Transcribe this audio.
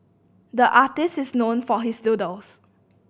the artist is known for his doodles